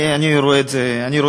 אני רואה את זה כשחיתות.